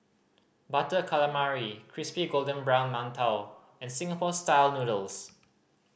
Butter Calamari crispy golden brown mantou and Singapore Style Noodles